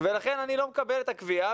ולכן אני לא מקבל את הקביעה,